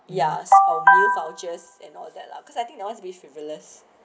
ya a real voucher and all that lah